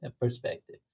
perspective